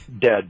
Dead